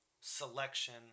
selection